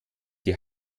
die